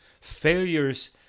Failures